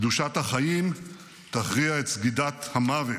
קדושת החיים תכריע את סגידת המוות.